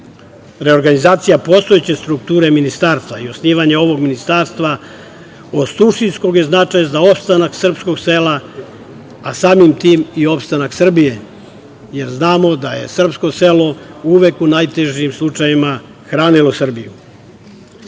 Reorganizacija postojeće strukture ministarstva i osnivanje ovog ministarstva od suštinskog je značaja za opstanak srpskog sela, a samim tim i opstanak Srbije, jer znamo da je srpsko selo uvek u najtežim slučajevima hranilo Srbiju. Izneću